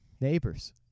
Neighbors